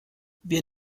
wir